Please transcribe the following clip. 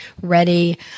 ready